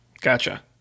Gotcha